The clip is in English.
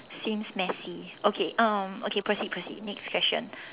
seems messy okay um okay proceed proceed next question